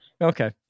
okay